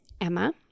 Emma